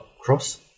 cross